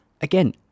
Again